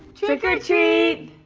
trick or treat!